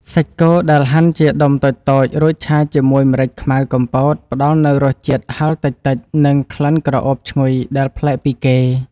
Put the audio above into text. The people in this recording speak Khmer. សាច់គោដែលហាន់ជាដុំតូចៗរួចឆាជាមួយម្រេចខ្មៅកំពតផ្តល់នូវរសជាតិហឹរតិចៗនិងក្លិនក្រអូបឈ្ងុយដែលប្លែកពីគេ។